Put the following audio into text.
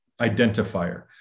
identifier